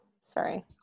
sorry